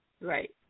right